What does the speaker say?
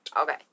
Okay